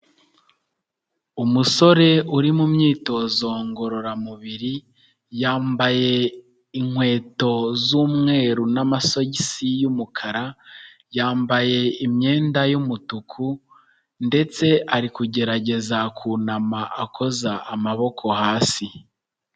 Umusore uri mu myitozo ngororamubiri, yambaye inkweto z'umweru n'amasogisi y'umukara, yambaye imyenda y'umutuku, ndetse ari kugerageza kunama akoza amaboko hasi.